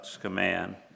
command